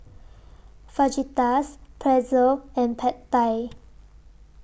Fajitas Pretzel and Pad Thai